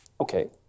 Okay